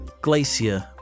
Glacier